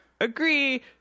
agree